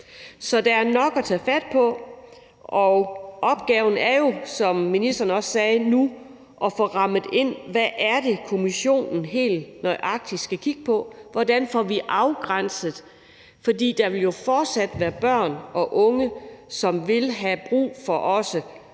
Så der er nok at tage fat på, og opgaven er jo nu, som ministeren også sagde, at få rammet ind, hvad det helt nøjagtig er, kommissionen skal kigge på. Hvordan får vi afgrænset det? For der vil jo fortsat være børn og unge, som vil have brug for